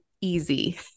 easy